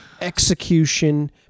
execution